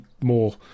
more